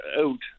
out